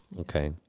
Okay